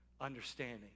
understanding